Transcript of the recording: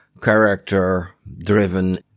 character-driven